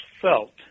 felt